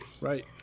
Right